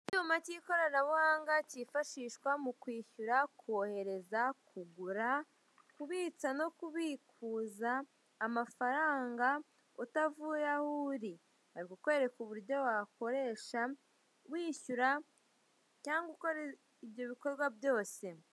Icyuma cy'ikoranabuhanga cyifashihwa mu kwishyura, kohereza, kugura, kubitsa no kubikuza amafaranga utavuye aho uri, bari kukwereka uburyo wakoresha wishyura cyangwa ukora ibyo bikorwa byose.